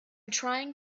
trying